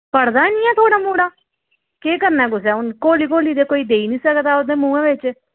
पढ़दा निं ऐ थुआढ़ा मुड़ा केह् करना कुसै हून घोली घोली ते कोई देई निं सकदा उ'दे मुहां बिच